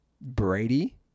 Brady